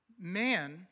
man